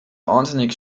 wahnsinnig